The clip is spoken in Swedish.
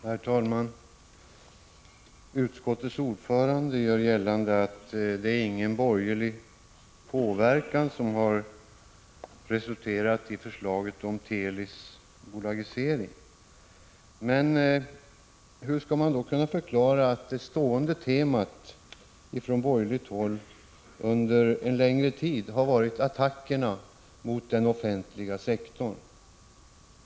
Herr talman! Utskottets ordförande gör gällande att det inte är borgerlig påverkan som har resulterat i förslaget om Telis bolagisering. Men det stående temat från borgerligt håll har ju under en längre tid varit just attackerna mot den offentliga sektorn.